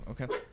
okay